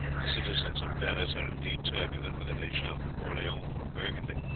the citizens of paris are indeed turbulent, whether they shout for orleans or burgundy,